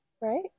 Right